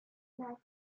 live